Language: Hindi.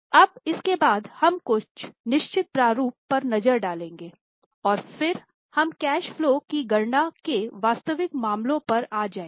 अब इस के बाद हम कुछ निश्चित प्रारूप पर नज़र डालेंगे और फिर हम कैश फलो की गणना के वास्तविक मामलों पर आ जाएंगे